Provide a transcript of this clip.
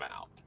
out